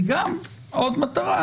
וגם עוד מטרה